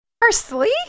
Parsley